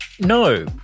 No